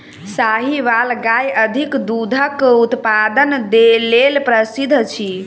साहीवाल गाय अधिक दूधक उत्पादन लेल प्रसिद्ध अछि